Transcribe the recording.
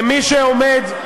ומי שעומד,